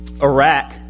Iraq